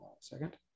second